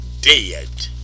dead